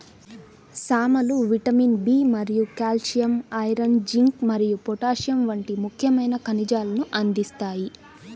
సామలు vitamin B మరియు calcium, iron, zinc మరియు పొటాషియం వంటి ముఖ్యమైన ఖనిజాలను అందిస్తాయి